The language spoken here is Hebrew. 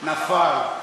נפל.